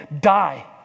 die